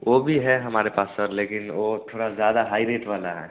वह भी है हमारे पास सर लेकिन वह थोड़ा ज़्यादा हाई रेट वाला है